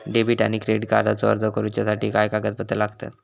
Debit आणि credit कार्डचो अर्ज करुच्यासाठी काय कागदपत्र लागतत?